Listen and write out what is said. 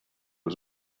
was